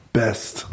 best